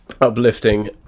uplifting